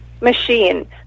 machine